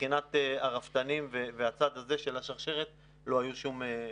שמבחינת הרפתנים והצד הזה של השרשרת לא היו שום חוסרים.